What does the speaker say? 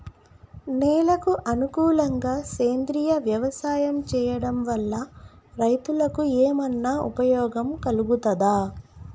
నేలకు అనుకూలంగా సేంద్రీయ వ్యవసాయం చేయడం వల్ల రైతులకు ఏమన్నా ఉపయోగం కలుగుతదా?